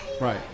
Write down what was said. Right